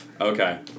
Okay